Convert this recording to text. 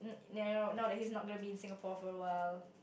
no no no he is not gonna be in Singapore for a while